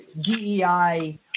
dei